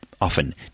often